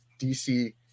DC